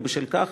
ובשל כך